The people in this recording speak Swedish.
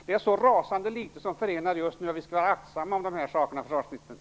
Det är så rasande litet som förenar just nu att vi skall vara aktsamma om de här sakerna, försvarsministern.